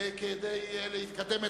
כדי להתקדם,